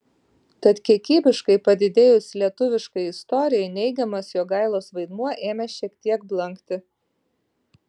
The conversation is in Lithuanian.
tad kiekybiškai padidėjus lietuviškai istorijai neigiamas jogailos vaidmuo ėmė šiek tiek blankti